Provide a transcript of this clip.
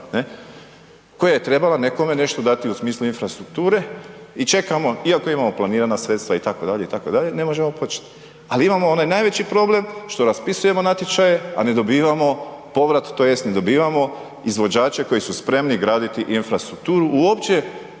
koja je trebala nekome nešto dati u smislu infrastrukture i čekamo iako imamo planirana sredstva itd., itd. ne možemo početi. Ali imamo onaj najveći problem što raspisujemo natječaje a ne dobivamo povrat tj. ne dobivamo izvođače koji su spremni graditi infrastrukturu uopće